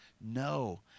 no